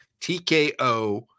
TKO